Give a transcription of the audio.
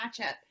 matchup